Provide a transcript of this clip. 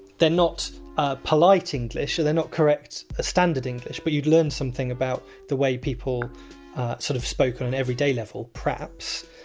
they're not ah polite english they're not correct standard english but you'd learn something about the way people sort of spoke on an and everyday level perhaps.